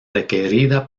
requerida